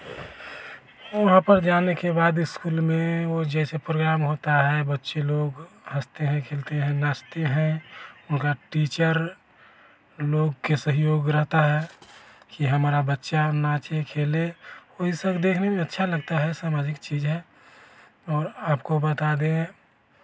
वहाँ पर जाने के बाद इस्कूल में वो जैसे प्रोग्राम होता है बच्चे लोग हँसते हैं खेलते हैं नाचते हैं उनका टीचर लोग के सहयोग रहता है कि हमारा बच्चा नाचे खेले वो ई सब देखने में अच्छा लगता है सामाजिक चीज़ है और आपको बता दें